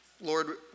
Lord